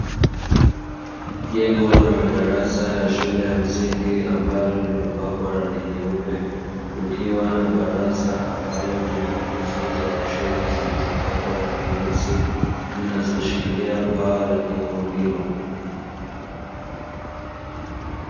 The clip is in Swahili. Jengo la madarasa ya shule ya msingi ambalo limepakwa rangi nyeupe kukiwa na baraza ambalo lina nguzo za chuma zilizopakwa rangi nyeusi zinazoshikilia paa la jengo hilo.